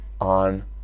on